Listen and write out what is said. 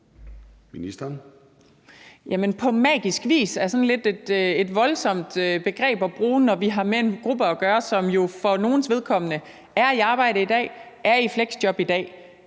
»På magisk vis« er et lidt voldsomt udtryk at bruge, når vi har med en gruppe at gøre, som jo for nogles vedkommende er i arbejde eller i fleksjob i dag.